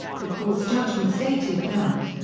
the court's judgment stated that.